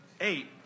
Eight